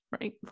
Right